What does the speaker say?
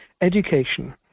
education